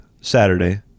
Saturday